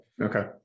okay